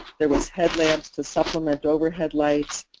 there was headlamps to supplement overhead lights,